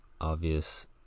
obvious